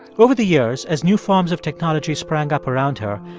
cut over the years, as new forms of technology sprang up around her,